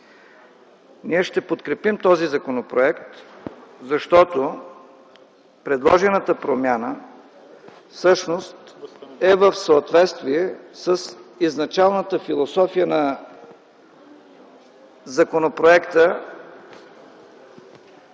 Ние ще подкрепим този законопроект, защото предложената промяна всъщност е в съответствие с изначалната философия на законопроекта,